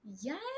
Yes